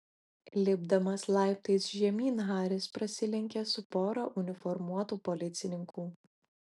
lipdamas laiptais žemyn haris prasilenkė su pora uniformuotų policininkų